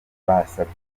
basabye